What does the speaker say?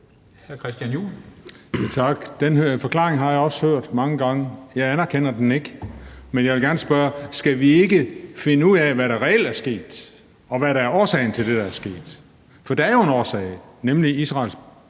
Den forklaring har jeg også hørt mange gange. Jeg anerkender den ikke, men jeg vil gerne spørge: Skal vi ikke finde ud af, hvad der reelt er sket, og hvad der er årsagen til det, der er sket? For der er jo en årsag, nemlig Israels